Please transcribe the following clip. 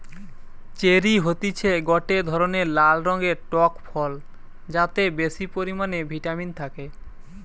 cherry হতিছে গটে ধরণের লাল রঙের টক ফল যাতে বেশি পরিমানে ভিটামিন থাকে